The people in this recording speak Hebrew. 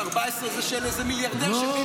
ו-14 זה של איזה מיליארדר שקנה אותו לביבי מתנה.